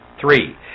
Three